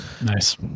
Nice